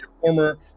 former